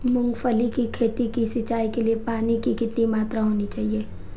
मूंगफली की खेती की सिंचाई के लिए पानी की कितनी मात्रा होनी चाहिए?